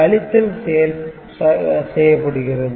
கழித்தல் செய்யப்படுகிறது